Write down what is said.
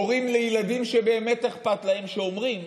הורים לילדים שבאמת אכפת להם, שאומרים,